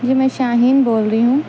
جی میں شاہین بول رہی ہوں